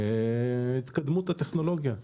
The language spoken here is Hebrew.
בהתקדמות הטכנולוגיה.